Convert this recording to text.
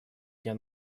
дня